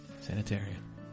Sanitarium